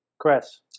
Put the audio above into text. Chris